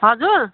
हजुर